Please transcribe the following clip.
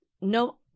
No